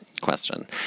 question